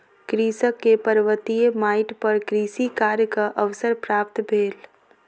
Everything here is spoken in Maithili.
कृषक के पर्वतीय माइट पर कृषि कार्यक अवसर प्राप्त भेल